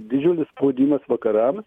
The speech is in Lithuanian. didžiulis spaudimas vakarams